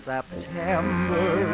September